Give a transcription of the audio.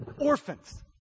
orphans